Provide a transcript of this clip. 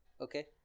okay